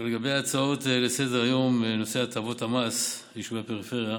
בדבר ההצעות לסדר-היום בנושא הטבות המס ליישובי הפריפריה,